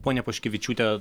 pone poškevičiūte